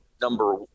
number